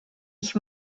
ich